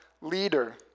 leader